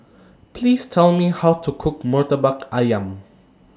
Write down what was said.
Please Tell Me How to Cook Murtabak Ayam